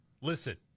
Listen